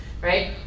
Right